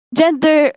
gender